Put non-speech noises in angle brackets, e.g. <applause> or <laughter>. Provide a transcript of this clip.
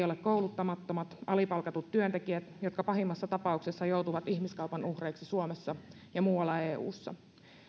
<unintelligible> ole kouluttamattomat alipalkatut työntekijät jotka pahimmassa tapauksessa joutuvat ihmiskaupan uhreiksi suomessa ja muualla eussa